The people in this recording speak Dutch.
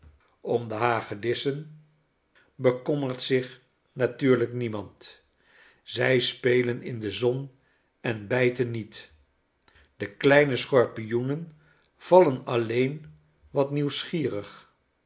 om de hagedissen betafeeeelen uit italie kommert zich natuurlijk niemand zij spelenin de zon en bijten niet de kleine schorpioenen vallen alleen wat nieuwsgierig